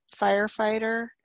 firefighter